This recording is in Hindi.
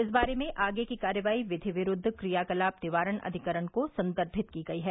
इस बारे में आगे की कार्यवाही विधि विरूद्व क्रियाकलाप निवारण अधिकरण को सन्दर्मित की गयी है